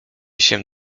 się